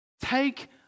take